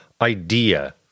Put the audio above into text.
idea